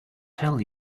tell